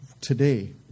today